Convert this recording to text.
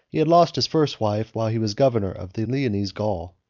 he had lost his first wife, while he was governor of the lionnese gaul.